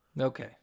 okay